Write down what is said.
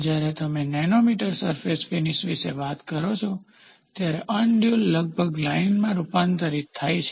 જ્યારે તમે nanometre surface finish વિશે વાત કરો છો ત્યારે અનડ્યુલ્સ લગભગ લાઇનમાં રૂપાંતરિત થાય છે